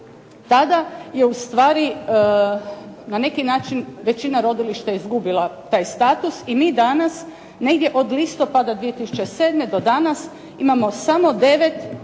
tada je u stvari na neki način većina rodilišta izgubila taj status i mi danas negdje od listopada 2007. do danas imamo samo 9